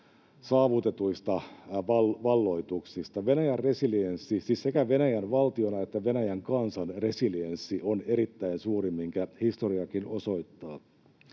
resilienssi, siis sekä Venäjän valtion että Venäjän kansan resilienssi, on erittäin suuri, minkä historiakin osoittaa.